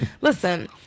Listen